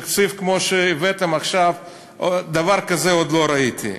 תקציב כמו שהבאתם עכשיו, דבר כזה עוד לא ראיתי.